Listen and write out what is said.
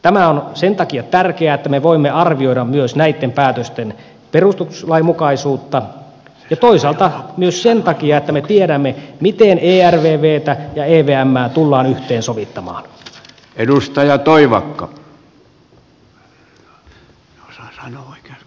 tämä on sen takia tärkeää että me voimme arvioida myös näitten päätösten perustuslainmukaisuutta ja toisaalta myös sen takia että me tiedämme miten ervvtä ja evmää tullaan yhteensovittamaan